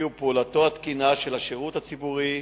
הציבורי ופעולתו התקינה של השירות הציבורי,